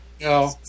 No